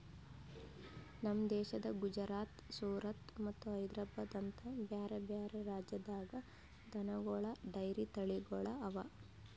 ನಮ್ ದೇಶದ ಗುಜರಾತ್, ಸೂರತ್ ಮತ್ತ ಹೈದ್ರಾಬಾದ್ ಅಂತ ಬ್ಯಾರೆ ಬ್ಯಾರೆ ರಾಜ್ಯದಾಗ್ ದನಗೋಳ್ ಡೈರಿ ತಳಿಗೊಳ್ ಅವಾ